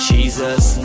Jesus